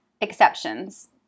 exceptions